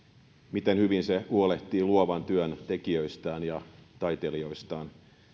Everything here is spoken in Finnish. miten hyvin se huolehtii luovan työn tekijöistään ja taiteilijoistaan